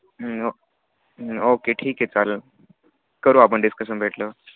ओ ओ ओके ठीक आहे चालेल करू आपण डिस्कशन भेटल्यावर